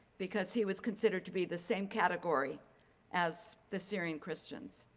because he was considered to be the same category as the syrian christians.